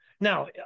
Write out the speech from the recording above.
Now